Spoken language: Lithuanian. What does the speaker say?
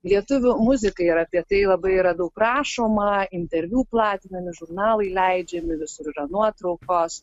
lietuvių muzikai ir apie tai labai yra daug rašoma interviu platinami žurnalai leidžiami visur yra nuotraukos